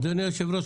אדוני היושב-ראש,